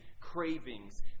cravings